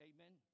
Amen